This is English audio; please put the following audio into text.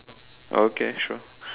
okay sure